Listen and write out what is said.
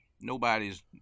Nobody's